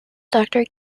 doctor